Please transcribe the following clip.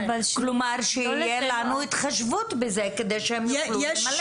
כלומר שיהיה לנו התחשבנות בזה כדי שהם יוכלו למלא.